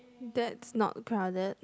that's not crowded